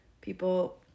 people